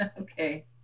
okay